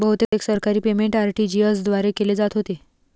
बहुतेक सरकारी payment RTGS द्वारे केले जात होते